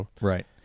right